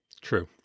true